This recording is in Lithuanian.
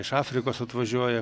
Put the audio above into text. iš afrikos atvažiuoja